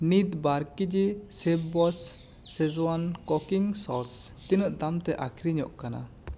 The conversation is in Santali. ᱱᱤᱛ ᱵᱟᱨ ᱠᱮᱡᱤ ᱥᱮᱯᱵᱚᱥ ᱥᱮᱡᱽ ᱳᱣᱟᱱ ᱠᱩᱠᱤᱝ ᱥᱚᱥ ᱛᱤᱱᱟᱹᱜ ᱫᱟᱢ ᱛᱮ ᱟᱹᱠᱷᱨᱤᱧᱚᱜ ᱠᱟᱱᱟ